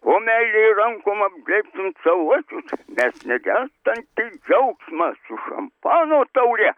o meile ir rankom apglėbsim savuosius nes negęstantis džiaugsmas su šampano taure